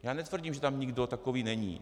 Já netvrdím, že tam nikdo takový není.